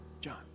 John